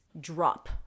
drop